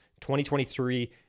2023